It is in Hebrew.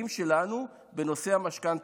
היום לילדים שלנו בנושא המשכנתה.